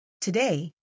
Today